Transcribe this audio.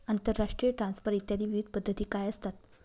आंतरराष्ट्रीय ट्रान्सफर इत्यादी विविध पद्धती काय असतात?